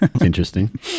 Interesting